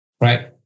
right